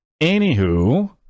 Anywho